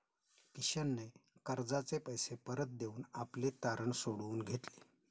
किशनने कर्जाचे पैसे परत देऊन आपले तारण सोडवून घेतले